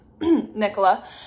nicola